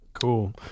cool